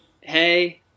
Hey